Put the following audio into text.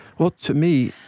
well, to me,